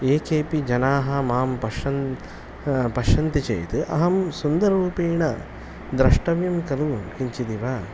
ये चेपि जनाः मां पश्यन्ति पश्यन्ति चेत् अहं सुन्दररूपेण द्रष्टव्यं खलु किञ्चिदिव